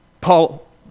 Paul